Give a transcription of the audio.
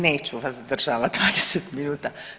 Neću vas zadržavati 20 minuta.